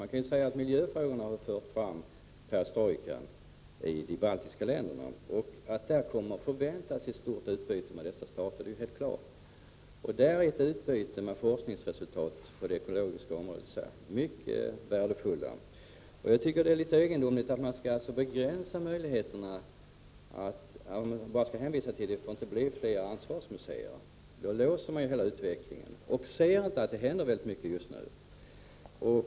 Man kan säga att miljörörelsen har fört fram perestrojkan i de baltiska länderna, och att man kan förvänta sig ett stort utbyte med dessa stater är därför helt klart. Då är ett utbyte av forskningsresultat på det ekologiska området mycket värdefullt. Jag tycker att det är litet egendomligt att man begränsar möjligheterna och bara hänvisar till att det inte får bli fler ansvarsmuseer. Därmed låser man ju hela utvecklingen och ser inte att det händer väldigt mycket just nu.